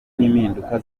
n’impinduka